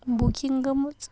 booking گٔمٕژ